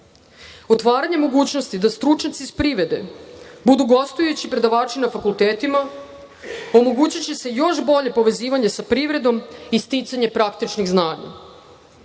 studenata. Otvaranje mogućnosti da stručnjaci iz privrede budu gostujući predavači na fakultetima, omogućiće se još bolje povezivanje sa privredom i sticanje praktičnih znanja.